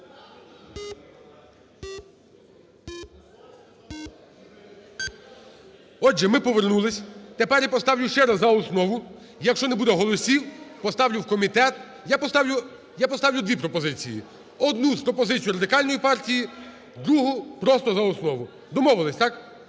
Отже, ми повернулись. Тепер я поставлю ще раз за основу. Якщо не буде голосів, поставлю у комітет. Я поставлю дві пропозиції: одну пропозицію Радикальної партії, другу – просто за основу. Домовились, так?